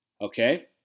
Okay